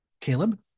Caleb